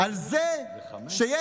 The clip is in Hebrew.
על כך שיש